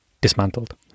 dismantled